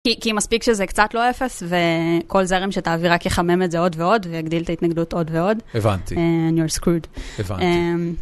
כי מספיק שזה קצת לא אפס וכל זרם שתעביר רק יחמם את זה עוד ועוד ויגדיל את ההתנגדות עוד ועוד. הבנתי. And you're screwed. הבנתי.